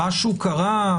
משהו קרה,